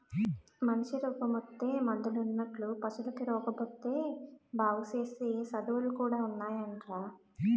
మనిసికి రోగమొత్తే మందులున్నట్లే పశువులకి రోగమొత్తే బాగుసేసే సదువులు కూడా ఉన్నాయటరా